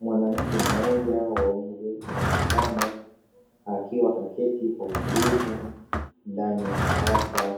Mwanamke mmoja wa umri wa makamo, akiwa kaketi kwa utulivu ndani ya darasa